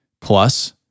plus